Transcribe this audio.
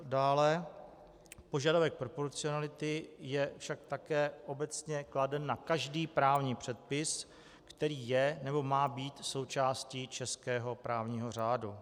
Dále požadavek proporcionality je však také obecně kladen na každý právní předpis, který je nebo má být součástí českého právního řádu.